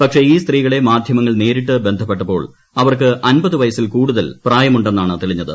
പക്ഷേ ഈ സ്ത്രീകളെ മാധ്യമങ്ങൾ നേരിട്ട് ബന്ധപ്പെട്ടപ്പോൾ അവർക്ക് അൻപത് വയസ്സിൽ കൂടുതൽ പ്രായമുണ്ടെന്നാണ് തെളിഞ്ഞത്